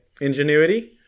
ingenuity